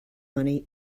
money